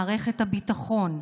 ממערכת הביטחון,